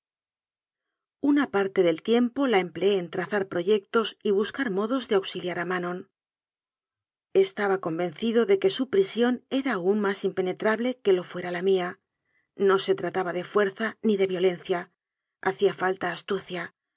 una parte del tiempo la empleé en trazar pro yectos y buscar modos de auxiliar a manon es taba convencido de que su prisión era aún más impenetrable que lo fuera la mía no se trataba de fuerza ni de violencia hacía falta astucia